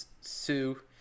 Sue